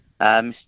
mr